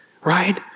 right